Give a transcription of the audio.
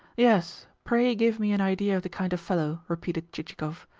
yes, pray give me an idea of the kind of fellow, repeated chichikov,